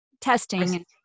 testing